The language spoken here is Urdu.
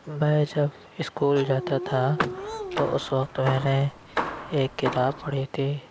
میں جب اسکول جاتا تھا تو اُس وقت میں نے ایک کتاب پڑھی تھی